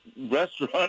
restaurant